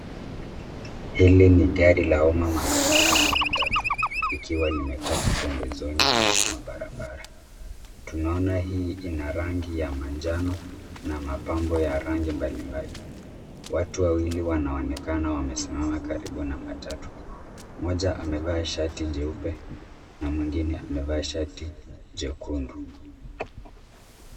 Hili ni gari la umma maarufu kama matatu likiwa limepaki pembezoni mwa barabara. Tunaona hii ina rangi ya manjano na mapambo ya rangi mbalimbali. Watu wawili wanaonekana wamesimama karibu na matatu. Mmoja amevaa shati jeupe na mwingine amevaa shati jekundu.